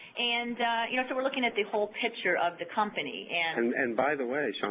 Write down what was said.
and you know so we're looking at the whole picture of the company and and by the way, so